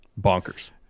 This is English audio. Bonkers